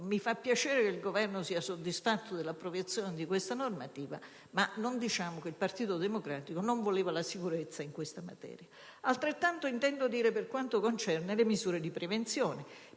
mi fa piacere che il Governo sia soddisfatto dell'appropriazione di questa normativa, ma non diciamo che il Partito Democratico non voleva la sicurezza in questa materia. Altrettanto intendo affermare per quanto concerne le misure di prevenzione.